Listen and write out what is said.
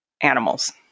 animals